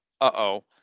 uh-oh